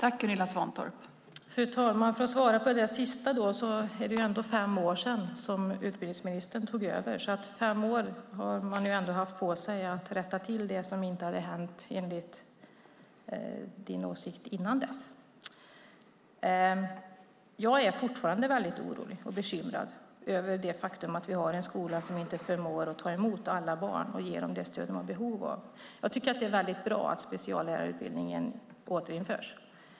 Fru talman! För att kommentera det sista vill jag säga att det trots allt är fem år sedan som utbildningsministern tog över. Fem år har man haft på sig att rätta till det som enligt utbildningsministerns åsikt inte hade hänt tidigare. Jag är fortfarande orolig och bekymrad över det faktum att vi har en skola som inte förmår ta emot alla barn och ge dem det stöd de har behov av. Det är bra att speciallärarutbildningen återinförs.